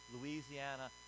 Louisiana